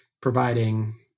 providing